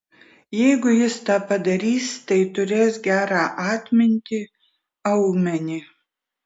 jeigu jis tą padarys tai turės gerą atmintį aumenį